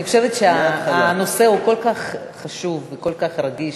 אני חושבת שהנושא כל כך חשוב וכל כך רגיש,